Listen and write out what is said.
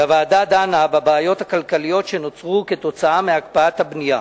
הוועדה דנה בבעיות הכלכליות שנוצרו מהקפאת הבנייה.